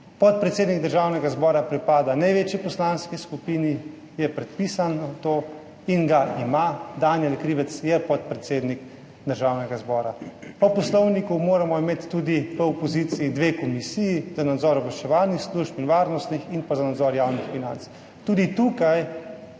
Podpredsednik Državnega zbora pripada največji poslanski skupini, mu je predpisano in ga ima, Danijel Krivec je podpredsednik Državnega zbora. Po poslovniku moramo imeti tudi v opoziciji dve komisiji, za nadzor obveščevalnih in varnostnih služb ter za nadzor javnih financ. Tudi tukaj